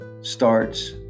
starts